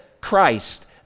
Christ